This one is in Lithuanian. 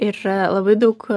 ir labai daug